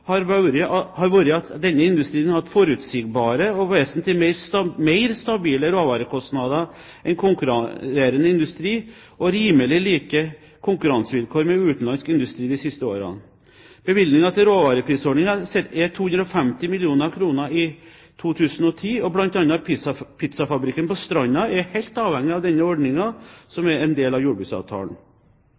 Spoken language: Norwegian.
har vært at denne industrien har hatt forutsigbare og vesentlig mer stabile råvarekostnader enn konkurrerende industri og rimelig like konkurransevilkår med utenlandsk industri de siste årene. Bevilgningen til råvareprisordningen er 250 mill. kr i 2010, og bl.a. pizzafabrikken på Stranda er helt avhengig av denne ordningen, som er en del av jordbruksavtalen.